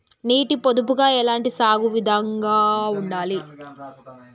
నీటి పొదుపుగా ఎలాంటి సాగు విధంగా ఉండాలి?